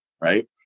right